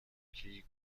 یکی